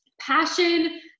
passion